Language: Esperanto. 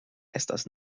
estas